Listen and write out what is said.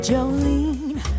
Jolene